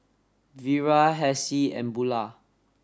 Vira Hassie and Bulah